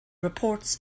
reports